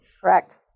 Correct